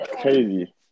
crazy